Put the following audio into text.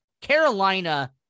Carolina